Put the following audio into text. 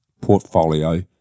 portfolio